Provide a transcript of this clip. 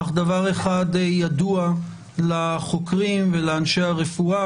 אך דבר אחד ידוע לחוקרים ולאנשי הרפואה,